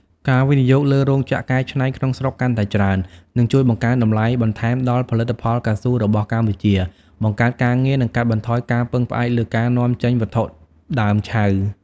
ការវិនិយោគលើរោងចក្រកែច្នៃក្នុងស្រុកកាន់តែច្រើន នឹងជួយបង្កើនតម្លៃបន្ថែមដល់ផលិតផលកៅស៊ូរបស់កម្ពុជា បង្កើតការងារ និងកាត់បន្ថយការពឹងផ្អែកលើការនាំចេញវត្ថុធាតុដើមឆៅ។